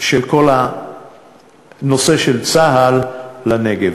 של כל הנושא של צה"ל לנגב,